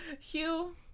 Hugh